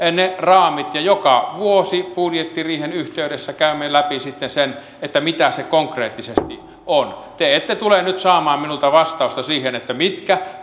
ovat ne raamit ja joka vuosi budjettiriihen yhteydessä käymme sitten läpi sen mitä se konkreettisesti on te ette tule nyt saamaan minulta vastausta siihen mitkä